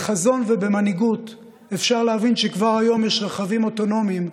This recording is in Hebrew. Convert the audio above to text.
בחזון ובמנהיגות אפשר להבין שכבר היום יש רכבים אוטונומיים,